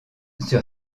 sur